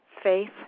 Faith